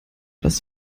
das